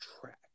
track